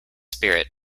spirit